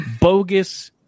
bogus –